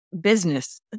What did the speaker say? business